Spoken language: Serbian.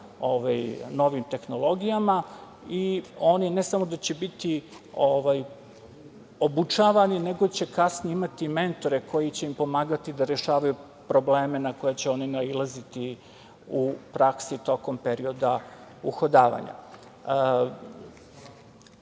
novim tehnologijama i oni ne samo da će biti obučavani, nego će kasnije imati mentore koji će im pomagati da rešavaju probleme na koje će oni nailaziti u praksi tokom perioda uhodavanja. Naravno